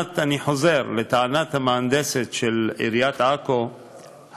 אני חוזר: לטענת המהנדסת של עיריית עכו,